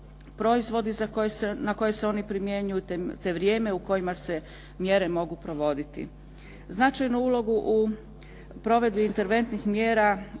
na koje se one primjenjuju, te vrijeme u kojima se mjere mogu provoditi. Značajnu ulogu u provedbi interventnih mjera